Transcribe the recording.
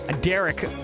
Derek